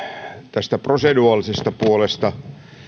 tästä proseduraalisesta puolesta